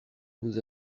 nous